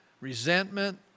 resentment